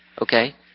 Okay